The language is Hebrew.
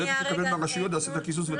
ברגע שנקבל מהרשויות נעשה את הקיזוז.